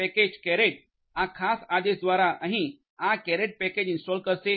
package caret આ ખાસ આદેશ દ્વારા અહીં આ કેરેટ પેકેજ ઇન્સ્ટોલ થશે